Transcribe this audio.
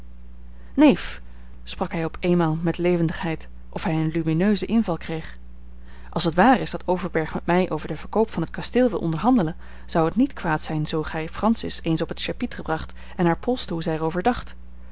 neef sprak hij op eenmaal met levendigheid of hij een lumineusen inval kreeg als het waar is dat overberg met mij over den verkoop van het kasteel wil onderhandelen zou het niet kwaad zijn zoo gij francis eens op het chapitre bracht en haar polste